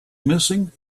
missing